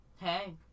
Hey